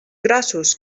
grossos